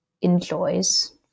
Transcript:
enjoys